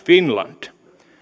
finland